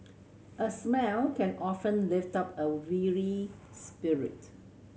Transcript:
a smile can often lift up a weary spirit